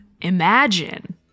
imagine